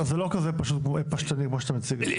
זה לא כזה פשטני כמו שאתה מציג את זה.